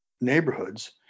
neighborhoods